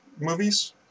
movies